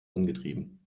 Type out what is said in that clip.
angetrieben